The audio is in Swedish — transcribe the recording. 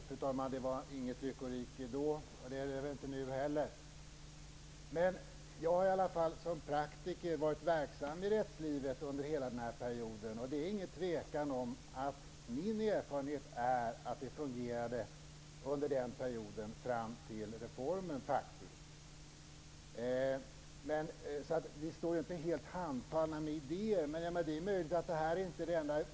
Fru talman! Det var inget lyckorike då, och det är det inte nu heller. Men jag har i alla fall som praktiker varit verksam i rättslivet under hela den här perioden, och min erfarenhet är utan tvivel att det faktiskt fungerade under perioden fram till reformen. Vi står alltså inte helt handfallna när det gäller idéer. Det är möjligt att det här inte är det enda.